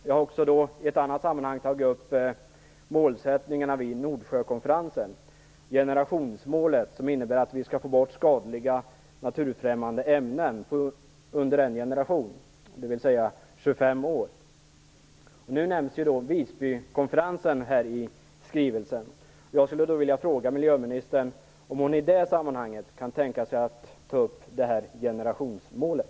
Jag har i ett annat sammanhang tagit upp målsättningarna vid Nordsjökonferensen, bl.a. generationsmålet, som innebär att vi skall få bort skadliga, naturfrämmande ämnen under en generation, dvs. 25 år. Nu nämns Visbykonferensen i skrivelsen. Jag skulle då vilja fråga miljöministern om hon i det sammanhanget kan tänka sig att ta upp det här generationsmålet.